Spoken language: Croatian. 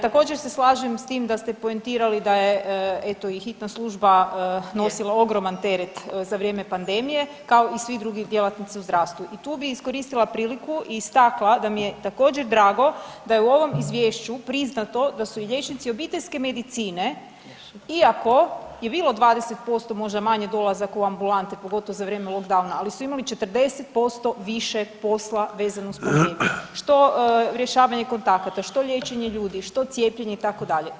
Također se slažem sa tim da ste poentirali sa tim da je eto i hitna služba nosila ogroman teret za vrijeme pandemije kao i svi drugi djelatnici u zdravstvu i tu bi iskoristila priliku i istakla da mi je također drago da je u ovom izvješću priznato da su i liječnici obiteljske medicine iako je bilo 20% možda manje dolazaka u ambulante pogotovo za vrijeme lockdowna, ali su imali 40% više posla vezano uz pandemiju što rješavanje kontakata, što liječenje ljudi, što cijepljenje itd.